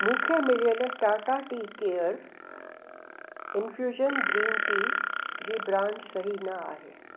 मूंखे मिलियलु Tata tea care infusion green tea जी ब्रांड सही न आहे